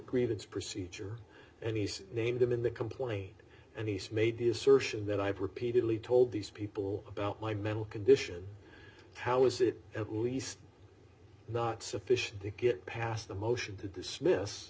grievance procedure and he's named him in the complaint and he's made the assertion that i've repeatedly told these people about my mental condition how is it at least not sufficient to get past the motion to dismiss